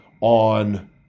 on